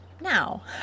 now